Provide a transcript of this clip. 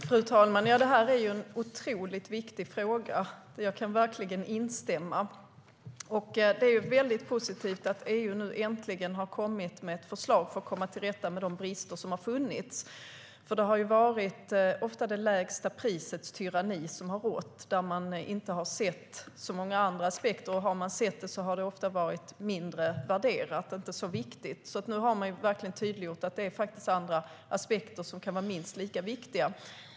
Fru talman! Det här är en otroligt viktig fråga. Jag kan verkligen instämma. Det är väldigt positivt att EU nu äntligen har kommit med ett förslag för att komma till rätta med de brister som funnits. Det har ofta varit det lägsta prisets tyranni som rått. Man har inte sett så många andra aspekter, och de man sett har ofta varit lägre värderade och ansetts mindre viktiga. Nu har det verkligen tydliggjorts att andra aspekter kan vara minst lika viktiga.